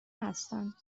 هستند